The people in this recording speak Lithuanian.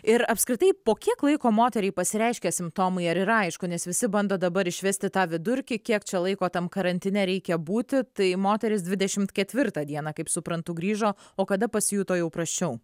ir apskritai po kiek laiko moteriai pasireiškė simptomai ar yra aišku nes visi bando dabar išvesti tą vidurkį kiek čia laiko tam karantine reikia būti tai moterys dvidešimt ketvirtą dieną kaip suprantu grįžo o kada pasijuto jau prasčiau